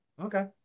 Okay